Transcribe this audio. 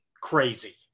crazy